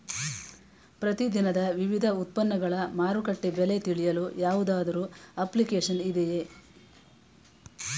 ಪ್ರತಿ ದಿನದ ವಿವಿಧ ಉತ್ಪನ್ನಗಳ ಮಾರುಕಟ್ಟೆ ಬೆಲೆ ತಿಳಿಯಲು ಯಾವುದಾದರು ಅಪ್ಲಿಕೇಶನ್ ಇದೆಯೇ?